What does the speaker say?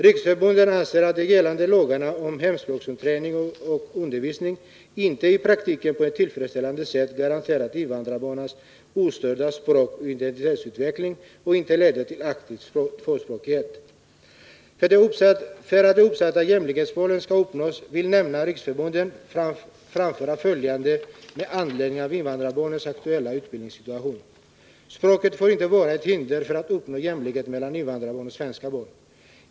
Riksförbunden anser att de gällande lagarna om hemspråksträning och undervisning inte i praktiken på ett tillfredsställande sätt garanterar invandrarbarnens ostörda språkoch identitetsutveckling och inte leder till aktiv tvåspråkighet. För att det uppsatta jämlikhetsmålet skall uppnås vill nämnda riksförbund framföra följande med anledning av invandrarbarnens aktuella utbildningssituation: Språket får inte vara ett hinder för att uppnå jämlikhet mellan invandrarbarn och svenska barn.